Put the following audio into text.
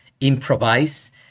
improvise